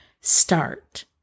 start